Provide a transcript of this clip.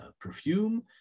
perfume